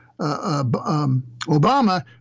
Obama